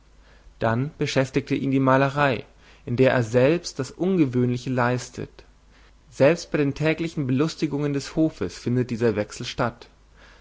dann beschäftigte ihn die malerei in der er selbst das ungewöhnliche leistet selbst bei den täglichen belustigungen des hofes findet dieser wechsel statt